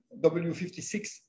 W56